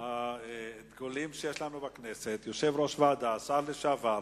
הדגולים שיש לנו בכנסת, יושב-ראש ועדה, שר לשעבר,